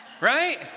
Right